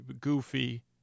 goofy